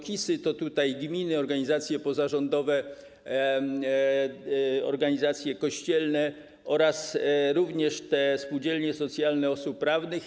KIS-y mogą tworzyć gminy, organizacje pozarządowe, organizacje kościelne oraz również spółdzielnie socjalne osób prawnych.